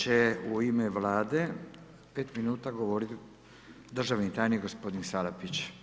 Sada će u ime Vlade 5 minuta govoriti državni tajnik, gospodin Salapić.